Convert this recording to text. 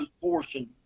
portion